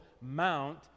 mount